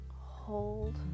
Hold